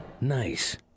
nice